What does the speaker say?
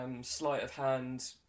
sleight-of-hand